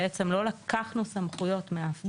לא לקחנו סמכות מאף גוף,